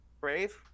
brave